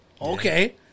Okay